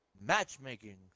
Matchmaking